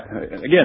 Again